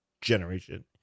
generation